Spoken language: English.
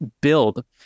build